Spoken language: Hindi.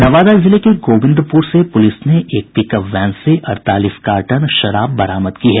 नवादा जिले के गोंविदपुर से पुलिस ने एक पिकअप वैन से अड़तालीस कार्टन शराब बरामद की है